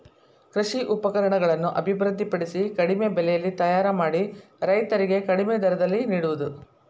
ಕೃಷಿ ಉಪಕರಣಗಳನ್ನು ಅಭಿವೃದ್ಧಿ ಪಡಿಸಿ ಕಡಿಮೆ ಬೆಲೆಯಲ್ಲಿ ತಯಾರ ಮಾಡಿ ರೈತರಿಗೆ ಕಡಿಮೆ ದರದಲ್ಲಿ ನಿಡುವುದು